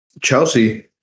Chelsea